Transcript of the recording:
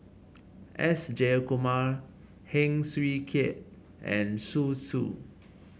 S Jayakumar Heng Swee Keat and Zhu Xu